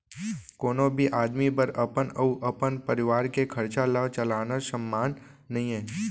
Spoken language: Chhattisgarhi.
कोनो भी आदमी बर अपन अउ अपन परवार के खरचा ल चलाना सम्मान नइये